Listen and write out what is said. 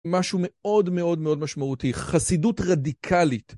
משהו מאוד מאוד מאוד משמעותי, חסידות רדיקלית.